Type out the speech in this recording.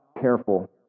careful